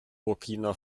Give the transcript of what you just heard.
burkina